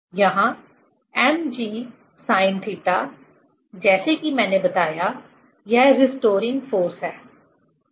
यहाँ mgsinθ जैसा कि मैंने बताया यह रीस्टोरिंग फोर्स है ठीक है